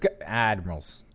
admirals